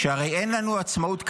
שהרי אין לנו עצמאות כלכלית,